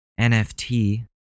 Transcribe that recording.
NFT